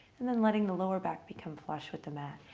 and then letting the lower back become flush with the mat.